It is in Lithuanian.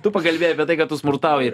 tu pakalbėjai apie tai kad tu smurtauji